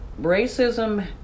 racism